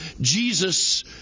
Jesus